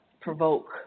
provoke